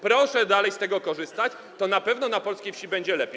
Proszę dalej z tego korzystać, to na pewno na polskiej wsi będzie lepiej.